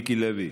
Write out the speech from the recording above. מיקי לוי.